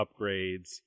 upgrades